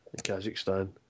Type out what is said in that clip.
Kazakhstan